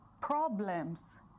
problems